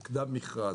בסדר.